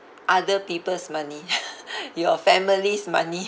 other people's money your family's money